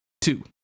Two